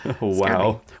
wow